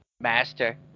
master